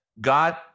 God